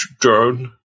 drone